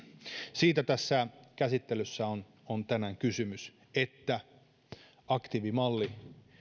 siitä tässä käsittelyssä on on tänään kysymys että aktiivimalli